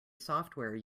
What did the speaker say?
software